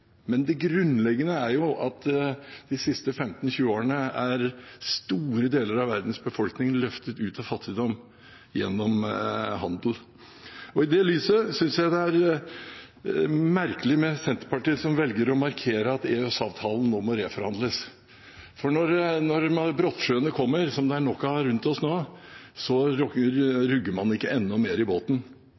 Men det grunnleggende er at de siste 15–20 årene er store deler av verdens befolkning løftet ut av fattigdom gjennom handel, og i det lyset synes jeg det er merkelig at Senterpartiet velger å markere at EØS-avtalen nå må reforhandles. For når brottsjøene kommer, som det er nok av rundt oss nå, rugger man ikke enda mer i båten.